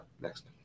next